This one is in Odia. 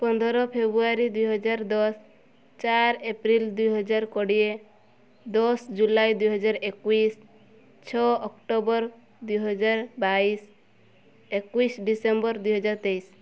ପନ୍ଦର ଫେବୃଆରୀ ଦୁଇ ହଜାର ଦଶ ଚାରି ଏପ୍ରିଲ ଦୁଇ ହଜାର କୋଡ଼ିଏ ଦଶ ଜୁଲାଇ ଦୁଇ ହଜାର ଏକୋଇଶ ଛଅ ଅକ୍ଟୋବର ଦୁଇ ହଜାର ବାଇଶ ଏକୋଇଶ ଡିସେମ୍ବର ଦୁଇ ହଜାର ତେଇଶ